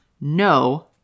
no